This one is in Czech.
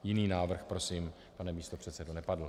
Jiný návrh prosím, pane místopředsedo, nepadl.